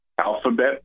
Alphabet